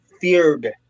feared